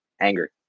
Anger